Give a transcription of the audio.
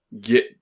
get